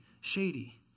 shady